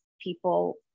people